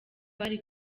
bari